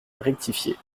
rectifié